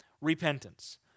repentance